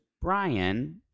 Brian